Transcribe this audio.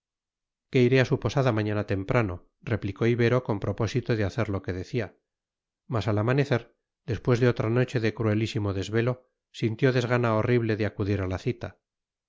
que iré a su posada mañana temprano replicó ibero con propósito de hacer lo que decía mas al amanecer después de otra noche de cruelísimo desvelo sintió desgana horrible de acudir a la cita